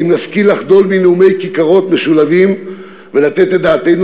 האם נשכיל לחדול מנאומי כיכרות משולהבים ולתת את דעתנו